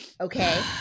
okay